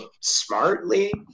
smartly